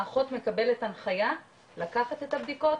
האחות מקבלת הנחייה לקחת את הבדיקות,